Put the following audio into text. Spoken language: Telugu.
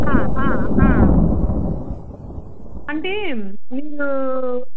అంటే మీరు